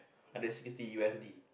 hundred sixty U_S_D